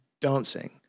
dancing